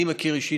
אני מכיר אישית,